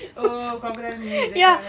oh crocodile meat that kind